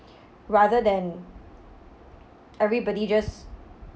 rather than everybody just